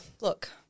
Look